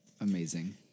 Amazing